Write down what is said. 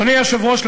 אדוני היושב-ראש,